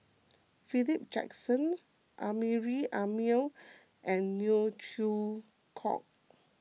Philip Jackson Amrin Amin and Neo Chwee Kok